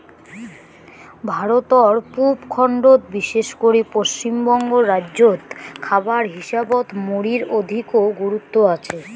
ভারতর পুব খণ্ডত বিশেষ করি পশ্চিমবঙ্গ রাইজ্যত খাবার হিসাবত মুড়ির অধিকো গুরুত্ব আচে